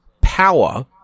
power